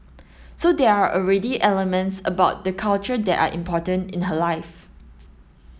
so there are already elements about the culture that are important in her life